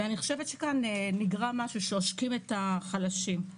כאן עושקים את החלשים.